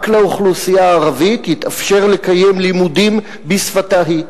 רק לאוכלוסייה הערבית יתאפשר לקיים לימודים בשפתה היא.